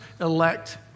elect